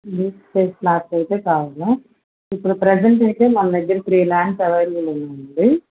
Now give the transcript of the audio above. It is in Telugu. రిజిస్టర్ ఫ్లాట్స్ అయితే కావాలా ఇప్పుడు ప్రెసెంట్ అయితే మన దగ్గర త్రీ ల్యాండ్స్ అవైలబుల్ ఉందండి